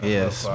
Yes